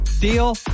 deal